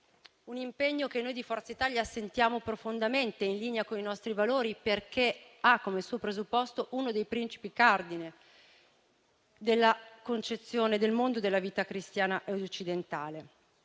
Un impegno che noi di Forza Italia sentiamo profondamente in linea con i nostri valori, perché ha come suo presupposto uno dei principi cardine della concezione del mondo e della vita cristiana ed occidentale: